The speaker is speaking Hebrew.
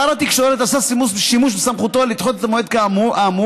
שר התקשורת עשה שימוש בסמכותו לדחות את המועד האמור,